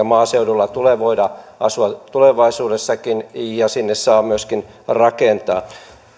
maaseudulla tulee voida asua tulevaisuudessakin ja sinne saada myöskin rakentaa